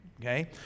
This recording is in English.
okay